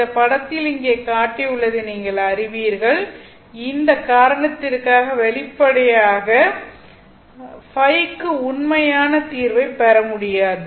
இந்த படத்தில் இங்கே காட்டியுள்ளதை நீங்கள் அறிவீர்கள் இந்த காரணத்திற்காக வெளிப்படையாக இந்த காரணத்திற்காக Ø க்கான உண்மையான தீர்வைப் பெற முடியாது